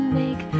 make